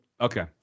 Okay